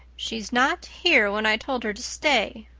she's not here when i told her to stay,